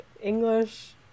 English